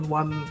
one